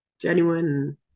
Genuine